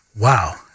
wow